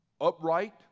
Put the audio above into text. upright